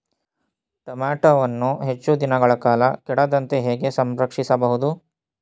ಟೋಮ್ಯಾಟೋವನ್ನು ಹೆಚ್ಚು ದಿನಗಳ ಕಾಲ ಕೆಡದಂತೆ ಹೇಗೆ ಸಂರಕ್ಷಿಸಬಹುದು?